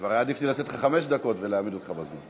כבר היה עדיף לי לתת לך חמש דקות ולהעמיד אותך בזמן.